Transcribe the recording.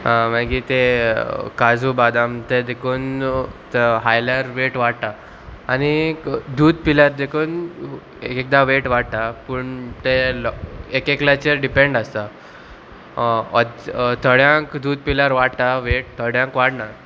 मागीर ते काजू बादाम ते देखून हायल्यार वेट वाडटा आनीक दूद पिल्यार देखून एक एकदां वेट वाडटा पूण ते एक एकल्याचेर डिपेंड आसता थोड्यांक दूद पिल्यार वाडटा वेट थोड्यांक वाडना